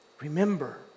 Remember